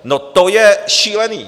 No to je šílené.